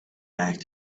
back